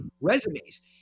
resumes